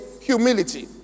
humility